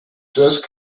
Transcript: just